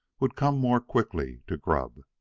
would come more quickly to grub.